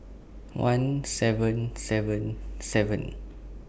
one seven seven seven